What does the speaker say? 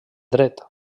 dret